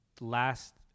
last